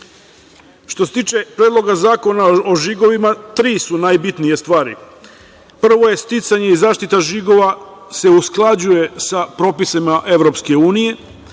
se tiče Predloga zakona o žigovima, tri su najbitnije stvari. Prvo je sticanje i zaštita žigova se usklađuje sa propisima EU, uspostavlja